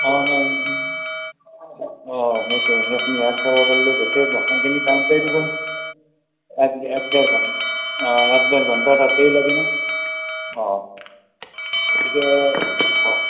অঁ সেইটোৱেই সেইখিনি হাত চাব পাৰলিও গোটেই গোসাঁইখিনি চাওঁতেই দেখোন এক এক ডেৰ ঘণ্টা এক ডেৰ ঘণ্টা তাতেই লাগেই না গতিকে